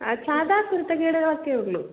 ആ സാദാ കുരുത്തക്കേടുകളൊക്കെ ഉള്ളൂ